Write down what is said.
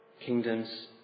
kingdoms